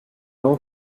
mon